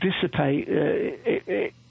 dissipate